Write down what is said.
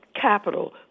capital